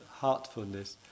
heartfulness